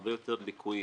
הרבה יותר ליקויים.